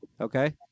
Okay